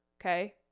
Okay